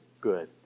good